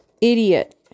Idiot